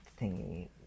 thingy